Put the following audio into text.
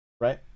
right